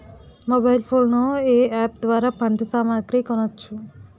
Mobile phone లో ఏ app ద్వారా పంట సామాగ్రి కొనచ్చు?